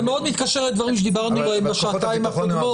זה מאוד מתקשר לדברים שדיברנו עליהם בשעתיים הקודמות.